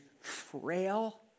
frail